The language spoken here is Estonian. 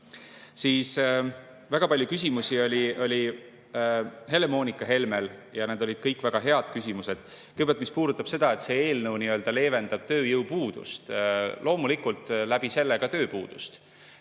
Siis väga palju küsimusi oli Helle-Moonika Helmel ja need olid kõik väga head küsimused. Kõigepealt see, mis puudutab seda, et see eelnõu leevendab tööjõupuudust ja loomulikult läbi selle ka tööpuudust,